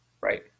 Right